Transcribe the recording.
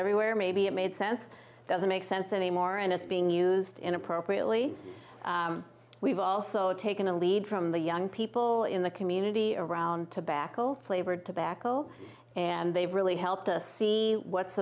everywhere maybe it made sense doesn't make sense anymore and it's being used inappropriately we've also taken a lead from the young people in the community around tobacco flavored tobacco and they've really helped us see what's